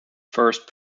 first